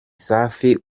safi